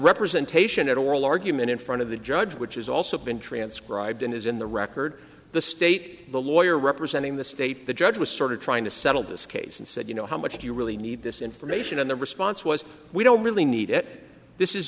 representation at oral argument in front of the judge which has also been transcribed and is in the record the state the lawyer representing the state the judge was sort of trying to settle this case and said you know how much do you really need this information and the response was we don't really need it this is